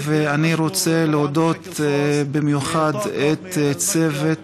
ואני רוצה להודות במיוחד לצוות